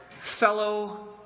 fellow